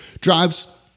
Drives